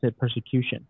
persecution